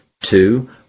Two